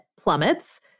plummets